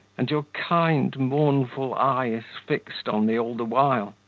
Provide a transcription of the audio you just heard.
and your kind, mournful eyes fixed on me all the while?